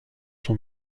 son